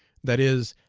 that is,